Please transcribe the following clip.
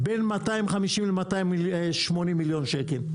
בין 250 ל-280 מיליון שקל.